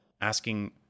asking